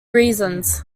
reasons